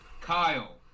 Kyle